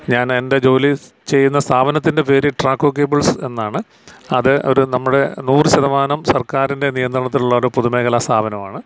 ഞാൻ എൻ്റെ ജോലി ചെയ്യുന്ന സ്ഥാപനത്തിൻ്റെ പേര് ട്രാക്കോ കേബിൾസ് എന്നാണ് അത് ഒരു നമ്മുടെ നൂറ് ശതമാനം സർക്കാരിൻ്റെ നിയന്ത്രണത്തിലുള്ള ഒരു പൊതുമേഖല സ്ഥാപനമാണ്